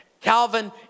Calvin